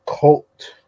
Cult